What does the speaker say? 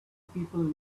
people